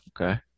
Okay